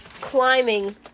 climbing